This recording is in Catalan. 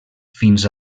fins